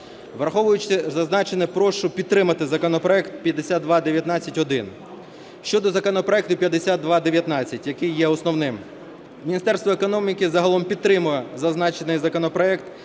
Враховуючи зазначене прошу підтримати законопроект 5219-1. Щодо законопроекту 5219, який є основним. Міністерство економіки загалом підтримує зазначений законопроект